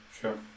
Sure